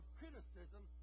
criticism